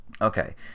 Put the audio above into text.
Okay